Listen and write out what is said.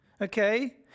okay